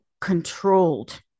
controlled